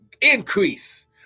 increase